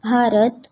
Bharat